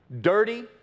dirty